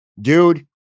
dude